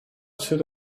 should